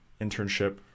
internship